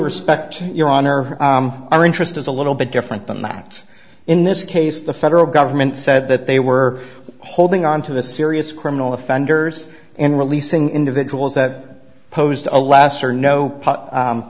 respect your honor our interest is a little bit different than that in this case the federal government said that they were holding on to the serious criminal offenders in releasing individuals that posed a last or no